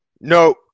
No